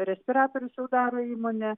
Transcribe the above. respiratorius jau daro įmonė